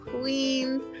queens